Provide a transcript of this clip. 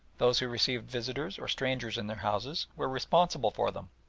those who received visitors or strangers in their houses were responsible for them.